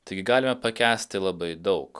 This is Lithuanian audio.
taigi galime pakęsti labai daug